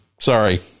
Sorry